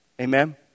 Amen